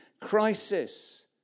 crisis